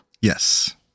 Yes